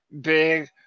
Big